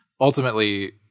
ultimately